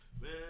Man